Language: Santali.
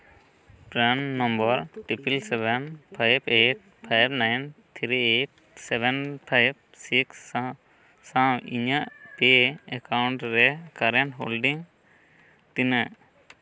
ᱯᱨᱟᱱ number triple seven five eight five nine three seven five six ᱥᱟᱶ ᱥᱟᱶ ᱤᱧᱟᱹᱜ ᱯᱮ ᱮᱠᱟᱣᱩᱱᱴ ᱨᱮ ᱠᱟᱨᱮᱱᱴ ᱦᱳᱞᱰᱤᱝ ᱛᱤᱱᱟᱹᱜ